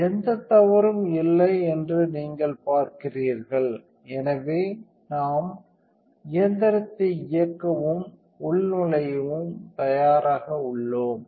எந்த தவறும் இல்லை என்று நீங்கள் பார்க்கிறீர்கள் எனவே நாம் இயந்திரத்தை இயக்கவும் உள்நுழையவும் தயாராக உள்ளோம்